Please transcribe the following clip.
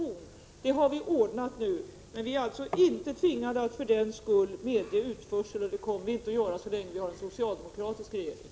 Den saken har vi ordnat nu. Men vi är alltså inte tvingade att medge utförsel, och någon sådan kommer heller inte att förekomma så länge vi har en socialdemokratisk regering.